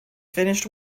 finished